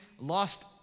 lost